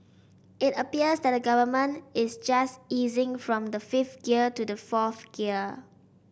it appears that the Government is just easing from the fifth gear to the fourth gear